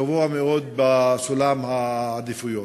גבוה מאוד בסולם העדיפויות,